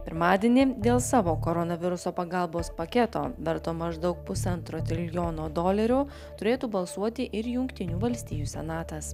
pirmadienį dėl savo koronaviruso pagalbos paketo verto maždaug pusantro trilijono dolerių turėtų balsuoti ir jungtinių valstijų senatas